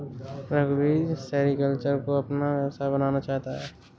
रघुवीर सेरीकल्चर को अपना व्यवसाय बनाना चाहता है